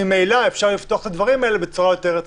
ממילא אפשר לפתוח את הדברים האלה בצורה יותר רציונלית.